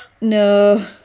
no